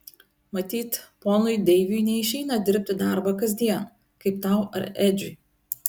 matyt ponui deiviui neišeina dirbti darbą kasdien kaip tau ar edžiui